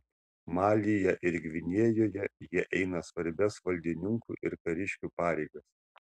malyje ir gvinėjoje jie eina svarbias valdininkų ir kariškių pareigas